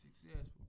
successful